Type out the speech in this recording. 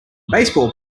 baseball